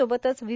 सोबतच व्ही